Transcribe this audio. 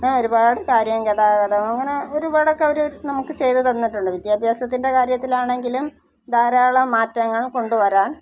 അങ്ങനെ ഒരുപാട് കാര്യങ്ങൾ ഗതാഗതം അങ്ങനെ ഒരുപാടൊക്കെ അവർ നമുക്ക് ചെയ്തു തന്നിട്ടുണ്ട് വിദ്യാഭ്യാസത്തിൻ്റെ കാര്യത്തിൽ ആണെങ്കിലും ധാരാളം മാറ്റങ്ങൾ കൊണ്ടുവരാൻ